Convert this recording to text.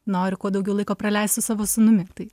noriu kuo daugiau laiko praleist su savo sūnumi tai